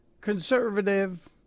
conservative